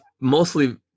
mostly